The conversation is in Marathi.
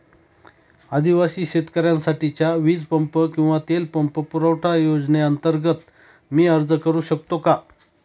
आदिवासी शेतकऱ्यांसाठीच्या वीज पंप किंवा तेल पंप पुरवठा योजनेअंतर्गत मी अर्ज करू शकतो का?